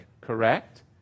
correct